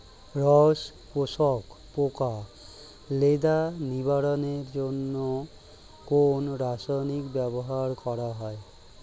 রস শোষক পোকা লেদা নিবারণের জন্য কোন রাসায়নিক ব্যবহার করা হয়?